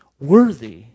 worthy